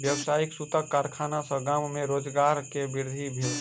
व्यावसायिक सूतक कारखाना सॅ गाम में रोजगार के वृद्धि भेल